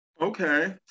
Okay